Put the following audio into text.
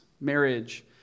marriage